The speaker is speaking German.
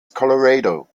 colorado